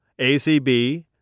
ACB